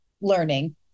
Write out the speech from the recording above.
learning